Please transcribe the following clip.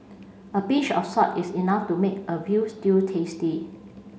a pinch of salt is enough to make a veal stew tasty